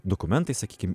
dokumentai sakykim